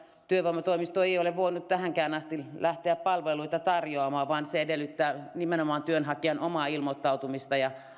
työvoimatoimisto ei ei ole voinut tähänkään asti lähteä palveluita tarjoamaan vaan se edellyttää nimenomaan työnhakijan omaa ilmoittautumista ja